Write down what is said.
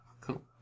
Cool